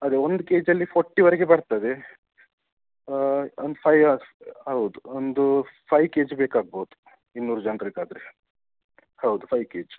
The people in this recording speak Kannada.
ಅದೇ ಒಂದು ಕೆ ಜಲ್ಲಿ ಫೊಟ್ಟಿವರೆಗೆ ಬರ್ತದೆ ಒಂದು ಫೈಯ್ ಹೌದು ಒಂದು ಫಯ್ ಕೆ ಜಿ ಬೇಕಾಗ್ಬೌದು ಇನ್ನೂರು ಜನರಿಗಾದ್ರೆ ಹೌದು ಫಯ್ ಕೆ ಜ್